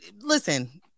listen